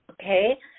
Okay